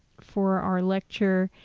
for our lecture.